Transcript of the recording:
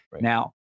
now